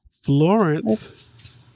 Florence